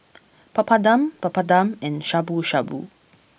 Papadum Papadum and Shabu shabu